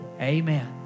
Amen